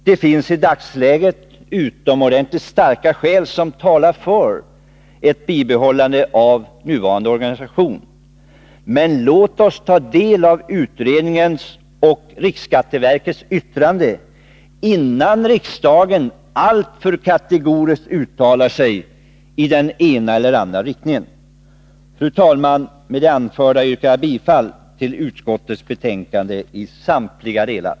Det finns i dagsläget utomordentligt starka skäl som talar för ett bibehållande av nuvarande organisation, men låt oss ta del av utredningen och av riksskatteverkets yttrande, innan riksdagen alltför kategoriskt uttalar sig i den ena eller andra riktningen! Fru talman! Med det anförda yrkar jag bifall till utskottets hemställan på samtliga punkter.